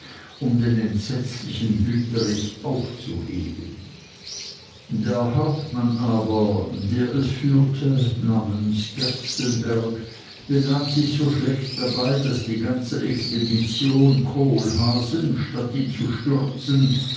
um den entsetzlichen wüterich aufzuheben der hauptmann aber der es führte namens gerstenberg benahm sich so schlecht dabei daß die ganze expedition kohlhaasen statt ihn zu stürzen